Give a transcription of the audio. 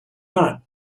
not